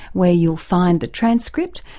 where you'll find the transcript,